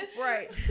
right